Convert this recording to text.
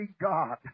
God